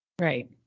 Right